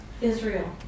Israel